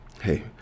hey